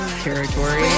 territory